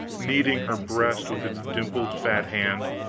kneading her breast with its dimpled fat hand,